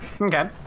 Okay